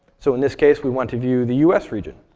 so in this case, we want to view the us region.